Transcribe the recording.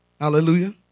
Hallelujah